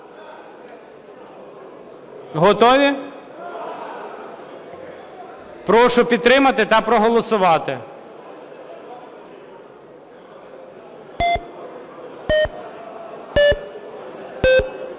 Готові? Прошу підтримати та проголосувати.